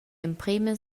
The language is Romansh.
emprema